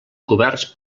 coberts